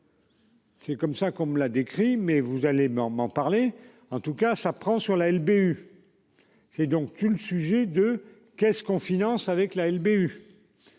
C'est comme ça qu'on me l'a décrit, mais vous allez m'en, m'en parler en tout cas ça prend sur la LBU. J'donc le sujet de qu'est-ce qu'on finance avec la LBU.